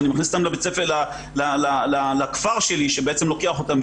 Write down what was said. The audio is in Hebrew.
אני מכניס אותם לכפר שלי שלוקח אותם,